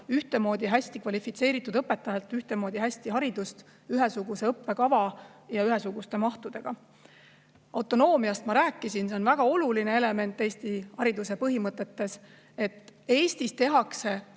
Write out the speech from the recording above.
saada hästi kvalifitseeritud õpetajalt ühtemoodi head haridust, ühesuguse õppekava kohaselt ja ühesuguste mahtudega. Autonoomiast ma rääkisin. See on väga oluline element Eesti hariduse põhimõtetes: Eestis tehakse